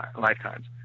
lifetimes